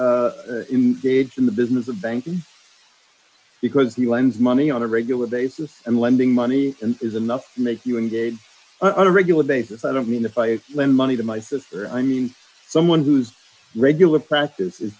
in the business of banking because he lends money on a regular basis and lending money and is enough to make you engage a regular basis i don't mean if i lend money to my sister i mean someone whose regular practice i